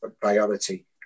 priority